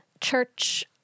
church